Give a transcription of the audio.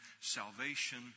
salvation